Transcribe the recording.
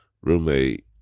roommate